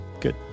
Good